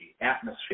atmosphere